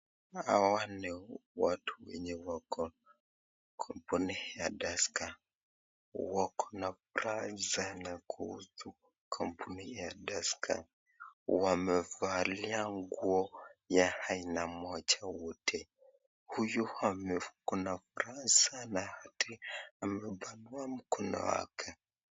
Hawa ni watu wenye wako na kambuni ya Tusker, wako na furaha sana kuhusu kambuni ya Tusker, wamevalia nguo ya aina moja wote. Huyu ako na furaha sana hadi amepanua mkono wake.